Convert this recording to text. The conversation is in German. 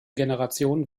generation